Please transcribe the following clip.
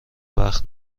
وقت